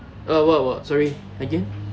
uh what what sorry again